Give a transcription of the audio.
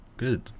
Good